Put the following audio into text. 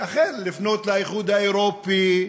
אכן לפנות לאיחוד האירופי.